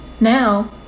Now